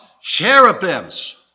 cherubims